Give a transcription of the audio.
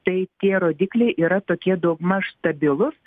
tai tie rodikliai yra tokie daugmaž stabilūs